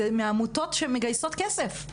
אלה עמותות שמגייסות כסף.